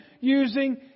using